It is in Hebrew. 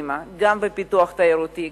גם בפיתוח תיירותי,